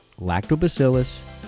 lactobacillus